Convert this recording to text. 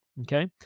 Okay